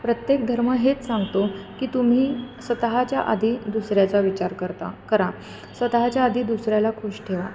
प्रत्येक धर्म हेच सांगतो की तुम्ही स्वतःच्या आधी दुसऱ्याचा विचार करता करा स्वतःच्या आधी दुसऱ्याला खूश ठेवा